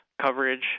coverage